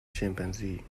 chimpanzee